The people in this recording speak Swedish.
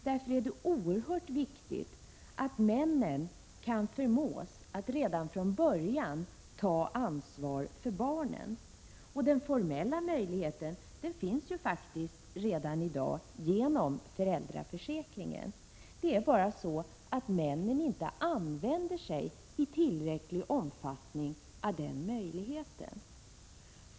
Därför är det oerhört viktigt att männen kan förmås att redan från början ta ansvar för barnen. Den formella möjligheten finns faktiskt redan i dag genom föräldraförsäkringen. Det är bara så, att männen inte använder sig av den möjligheten i tillräcklig omfattning.